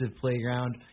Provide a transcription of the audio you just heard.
playground